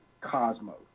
Cosmo